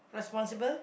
responsible